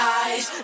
eyes